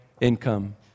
income